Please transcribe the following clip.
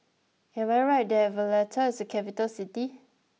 am I right that Valletta is a capital city